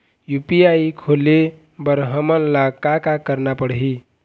UPI खोले बर हमन ला का का करना पड़ही?